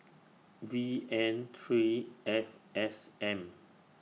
V N three F S M